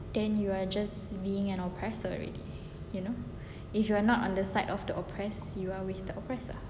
then you're just being an oppressor already you know if you are not on the side of the oppressed you are with the oppressor